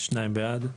הצבעה בעד,